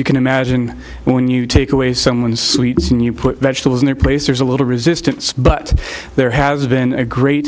you can imagine when you take away someone's sweets and you put vegetables in their place there's a little resistance but there has been a great